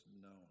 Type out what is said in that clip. known